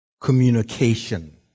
communication